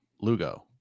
Lugo